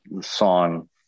song